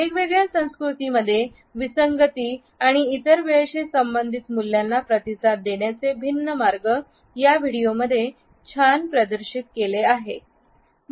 वेगवेगळ्या संस्कृती मध्ये विसंगती आणि इतर वेळेशी संबंधित मूल्यांना प्रतिसाद देण्याचे भिन्न मार्ग या व्हिडिओमध्ये छान प्रदर्शित केले आहे